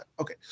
Okay